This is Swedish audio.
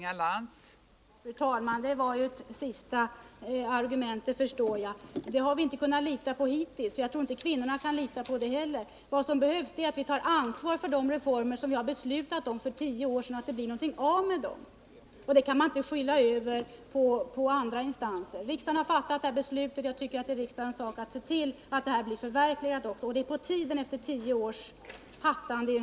Fru talman! Det var ett sista argument; det förstår jag. De här instanserna har vi inte kunnat lita på hittills. Jag tror inte kvinnorna kan göra det heller. Vad som behövs är att vi tar ansvar för de reformer som vi beslöt om för tio år sedan, så att det blir någonting av. Man kan inte skylla på andra instanser. Riksdagen har fattat detta beslut, och det är riksdagens sak att se till att det blir förverkligat. Det är på tiden efter tio års hattande.